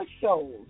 shows